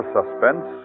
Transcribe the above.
Suspense